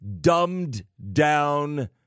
dumbed-down